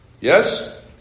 Yes